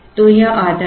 तो यह आधा है